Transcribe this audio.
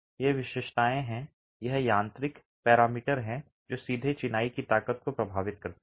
ये विशेषताएं हैं ये यांत्रिक पैरामीटर हैं जो सीधे चिनाई की ताकत को प्रभावित करते हैं